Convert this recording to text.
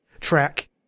track